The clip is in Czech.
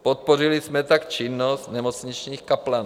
Podpořili jsme tak činnost nemocničních kaplanů.